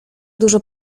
dużo